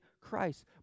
Christ